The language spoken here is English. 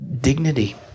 dignity